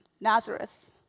Nazareth